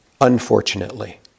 unfortunately